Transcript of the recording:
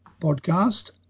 podcast